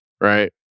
right